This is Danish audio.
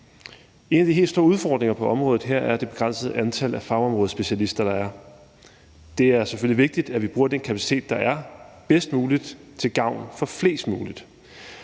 En af de helt store udfordringer på området er det begrænsede antal af fagområdespecialister, der er. Det er selvfølgelig vigtigt, at vi bruger den kapacitet, der er, bedst muligt til gavn for flest muligt.